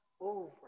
over